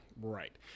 Right